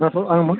ஆ சொல் வாங்கம்மா